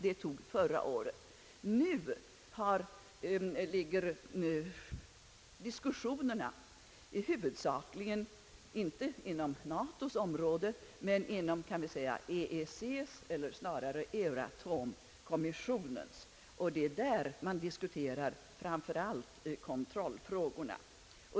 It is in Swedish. Nu när den svårigheten synes ha övervunnits ligger diskussionernas tyngdpunkt inte inom NATO, men väl kan vi säga inom EEC, eller snarare Euratomkommissionen. Det är där man diskuterar framför allt kontrollfrågorna.